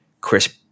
Chris